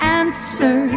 answer